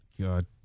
god